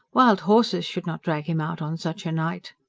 wild horses should not drag him out on such a night!